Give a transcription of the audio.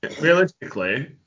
realistically